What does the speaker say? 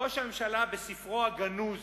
ראש הממשלה, בספרו הגנוז,